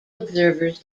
observers